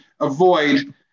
avoid